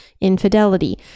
Infidelity